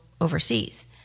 overseas